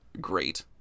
great